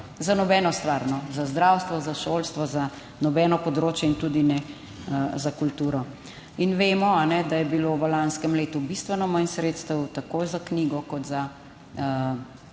za nobeno stvar, za zdravstvo, za šolstvo, za nobeno področje in tudi ne za kulturo. In vemo, da je bilo v lanskem letu bistveno manj sredstev, tako za knjigo kot za